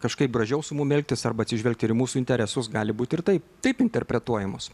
kažkaip gražiau su mumis elgtis arba atsižvelgti į mūsų interesus gali būti ir taip taip interpretuojamos